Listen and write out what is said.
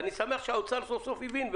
אני שמח שהאוצר סופסוף הבין,